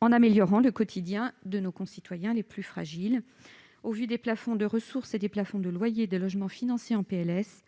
en améliorant le quotidien de nos concitoyens les plus fragiles. Au vu des plafonds de ressources et des plafonds de loyers des logements financés en PLS,